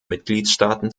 mitgliedstaaten